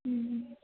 ಹ್ಞೂ ಹ್ಞೂ